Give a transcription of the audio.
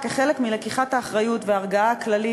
כחלק מלקיחת האחריות וההרגעה הכללית,